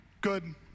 Good